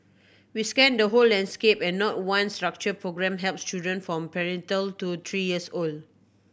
we scanned the whole landscape and not one structured programme helps children from prenatal to three years old